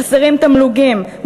חסרים תמלוגים,